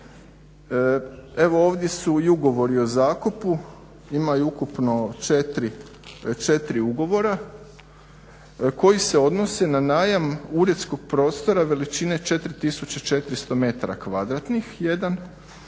Evo ovdje su i ugovori o zakupu, ima ih ukupno 4 ugovora koji se odnose na najam uredskog prostora veličine 4 tisuće 400 metara kvadratnih jedan,